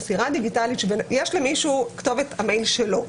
במקרה של מייל - למישהו יש את כתובת המייל שלו.